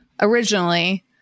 originally